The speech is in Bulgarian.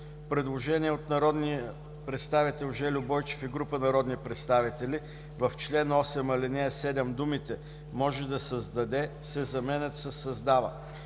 предложение от народния представител Жельо Бойчев и група народни представители: в чл. 8, ал. 7 думите „може да създаде“ се заменят със „се създава“.